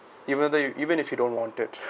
even though you even if you don't want it